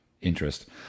interest